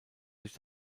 sich